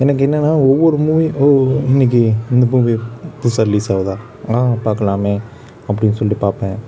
எனக்கு என்னென்னால் ஒவ்வொரு மூவி ஓ இன்றைக்கி இந்த மூவி புதுசாக ரிலீஸ் ஆகுதா ஆ பார்க்கலாமே அப்படின்னு சொல்லிட்டு பார்ப்பேன்